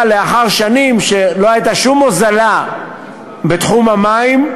אבל לאחר שנים שלא הייתה שום הוזלה בתחום המים,